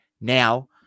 now